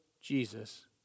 Jesus